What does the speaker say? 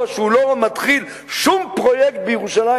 שהוא לא מתחיל שום פרויקט בירושלים,